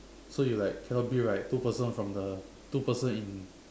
so you like cannot be right two person from the two person in